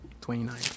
Twenty-nine